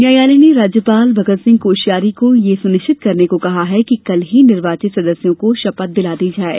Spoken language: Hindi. न्यायालय ने राज्यपाल भगत सिंह कोशियारी को यह सुनिश्चित करने को कहा कि कल ही निर्वाचित सदस्यों को शपथ दिला दी जाये